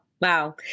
Wow